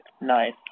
Nice